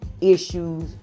issues